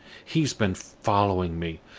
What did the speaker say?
he has been following me,